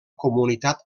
comunitat